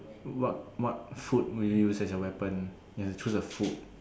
what what food will you use as your weapon you have to choose a food